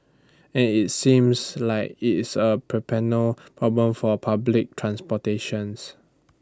and IT seems like it's A perennial problem for public transportation